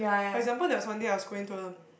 for example there was one day I was going to a